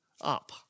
up